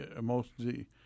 mostly